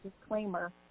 disclaimer